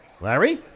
Larry